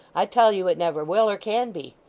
i tell you it never will, or can be.